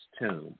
tomb